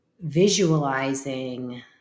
visualizing